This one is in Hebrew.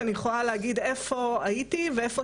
אני יכולה להגיד איפה הייתי ואיפה